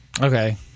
Okay